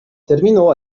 terminou